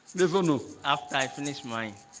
this one oh after i finish mine.